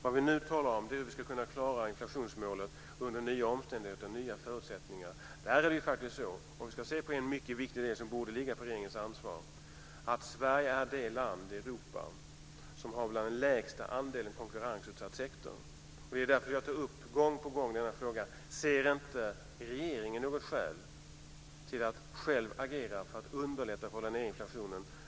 Vad vi nu talar om är hur vi ska kunna klara inflationsmålet under nya omständigheter och nya förutsättningar. Det är faktiskt så, om vi ser på en mycket viktig del som borde ligga under regeringens ansvar, att Sverige är ett av de länder i Europa som har lägst andel konkurrensutsatt sektor. Det är därför jag gång på gång tar upp denna fråga: Ser inte regeringen något skäl att själv agera för att underlätta att hålla nere inflationen?